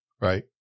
Right